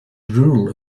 rural